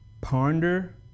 Ponder